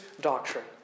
doctrine